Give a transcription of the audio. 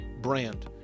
brand